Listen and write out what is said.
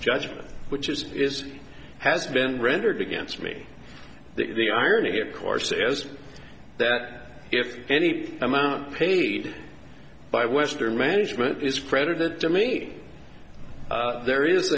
judgement which is is has been rendered against me the irony of course is that if any amount paid by western management is credited to me there is